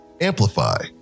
Amplify